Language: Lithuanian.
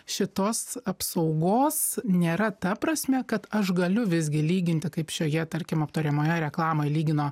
šitos apsaugos nėra ta prasme kad aš galiu visgi lyginti kaip šioje tarkim aptariamoje reklamoje lygino